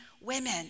women